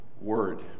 word